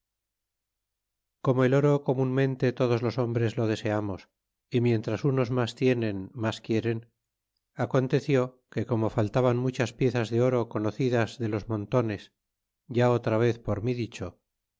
como el oro comunmente todos los hombres lo deseamos y miéntras unos mas tienen mas quieren aconteció que como faltaban muchas piezas de oro conocidas de los montones ya otra vez por mi dicho